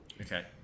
Okay